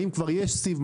האם כבר יש סיב?